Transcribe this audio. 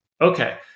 Okay